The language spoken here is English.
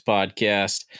Podcast